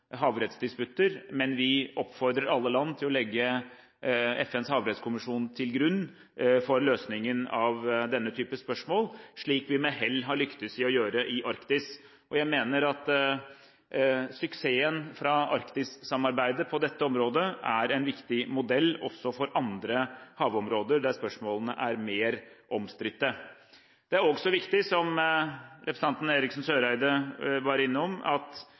havrettsdisputter, men vi oppfordrer alle land til å legge FNs havrettskommisjon til grunn for løsningen av denne type spørsmål, slik vi med hell har lyktes i å gjøre i Arktis. Jeg mener at suksessen fra Arktis-samarbeidet på dette området er en viktig modell også for andre havområder der spørsmålene er mer omstridt. Som representanten Eriksen Søreide var innom,